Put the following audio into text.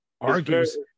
argues